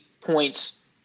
points